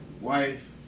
wife